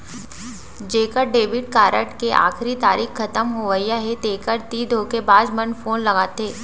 जेखर debit card के आखरी तारीख खतम होवइया हे तेखर तीर धोखेबाज मन फोन लगाथे